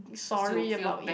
sorry about it